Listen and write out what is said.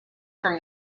from